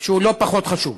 שהוא לא פחות חשוב.